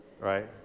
Right